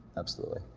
absolutely.